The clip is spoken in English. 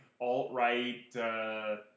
alt-right